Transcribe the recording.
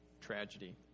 tragedy